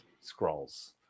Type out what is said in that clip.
scrolls